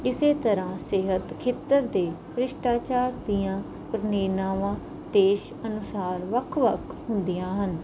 ਇਸ ਤਰ੍ਹਾਂ ਸਿਹਤ ਖੇਤਰ ਦੇ ਭ੍ਰਿਸ਼ਟਾਚਾਰ ਦੀਆਂ ਪ੍ਰੇਰਨਾਵਾਂ ਦੇਸ਼ ਅਨੁਸਾਰ ਵੱਖ ਵੱਖ ਹੁੰਦੀਆਂ ਹਨ